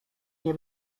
nie